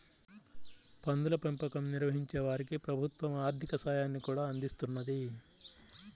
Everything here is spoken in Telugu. పందుల పెంపకం నిర్వహించే వారికి ప్రభుత్వం ఆర్ధిక సాయాన్ని కూడా అందిస్తున్నది